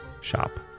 shop